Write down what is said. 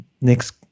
next